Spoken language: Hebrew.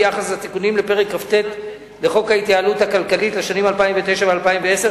ביחס לתיקונים לפרק כ"ט לחוק ההתייעלות הכלכלית לשנים 2009 ו-2010,